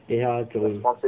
陪它走